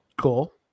cool